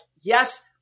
yes